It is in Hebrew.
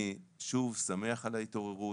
אני שמח על ההתעוררות,